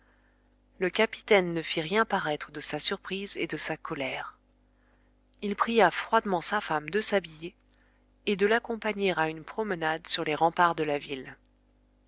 le capitaine ne fit rien paraître de sa surprise et de sa colère il pria froidement sa femme de s'habiller et de l'accompagner à une promenade sur les remparts de la ville